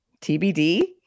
tbd